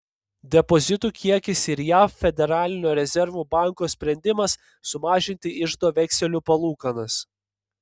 depozitų kiekis ir jav federalinio rezervų banko sprendimas sumažinti iždo vekselių palūkanas